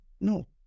No